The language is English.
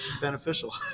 beneficial